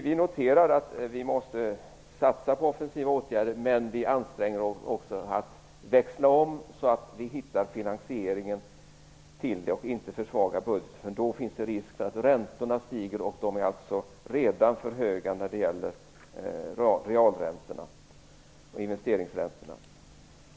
Vi noterar att vi måste satsa på offensiva åtgärder, men vi anstränger oss också att växla om, så att vi hittar en finansiering och inte försvagar budgeten, eftersom det då finns risk för att räntorna stiger. Och realräntorna och investeringsräntorna är redan för höga.